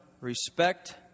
respect